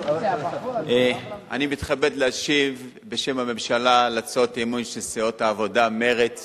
אני מתכבד להשיב בשם הממשלה על הצעת האי-אמון של סיעות העבודה ומרצ